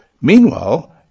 Meanwhile